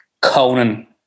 Conan